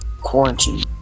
quarantine